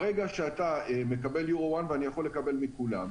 ברגע שאתה מקבל EUR-1, ואני יכול לקבל מכולם,